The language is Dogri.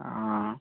हां